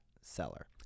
seller